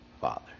Father